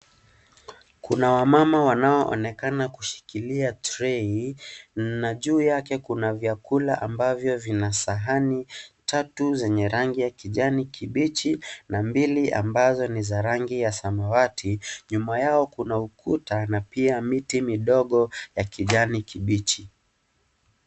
Kuna wamama wanaoonekana kushikilia trei na juu yake kuna vyakula ambavyo vina sahani tatu zenye rangi ya kijani kibichi na mbili ambazo ni za rangi ya samawati. Nyuma yao kuna ukuta na pia miti midogo ya kijani kibichi.